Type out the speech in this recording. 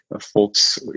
folks